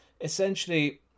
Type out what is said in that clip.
essentially